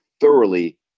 thoroughly